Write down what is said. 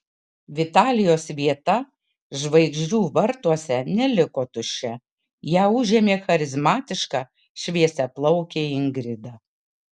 vitalijos vieta žvaigždžių vartuose neliko tuščia ją užėmė charizmatiška šviesiaplaukė ingrida